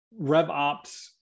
RevOps